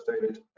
David